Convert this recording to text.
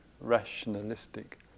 rationalistic